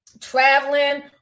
traveling